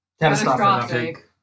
Catastrophic